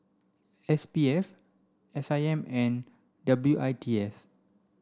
S P F S I M and W I T S